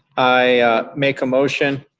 i make a motion